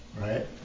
Right